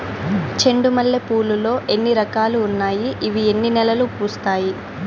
చెండు మల్లె పూలు లో ఎన్ని రకాలు ఉన్నాయి ఇవి ఎన్ని నెలలు పూస్తాయి